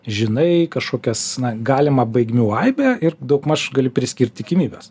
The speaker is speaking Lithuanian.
žinai kažkokias na galimą baigmių aibę ir daugmaž gali priskirt tikimybes